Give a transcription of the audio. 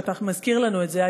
שאתה מזכיר לנו את זה,